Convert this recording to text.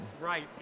Right